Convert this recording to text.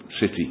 city